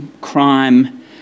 crime